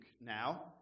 now